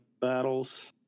battles